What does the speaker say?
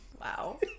Wow